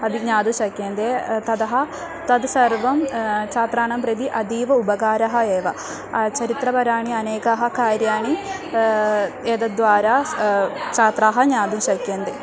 अपि ज्ञातुं शक्यन्ते ततः तद् सर्वं छात्राणां प्रति अतीव उपकारः एव चरित्रपराणि अनेकानि कार्याणि एतद्वारा स् छात्राः ज्ञातुं शक्यन्ते